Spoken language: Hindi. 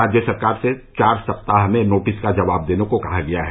राज्य सरकार से चार सप्ताह में नोटिस का जवाव देने को कहा गया है